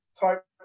type